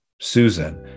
susan